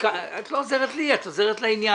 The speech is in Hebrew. את לא עוזרת לי, את עוזרת לעניין.